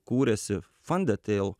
kūrėsi thundertale